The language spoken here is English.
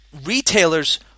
retailers